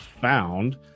found